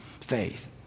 faith